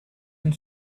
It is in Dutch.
een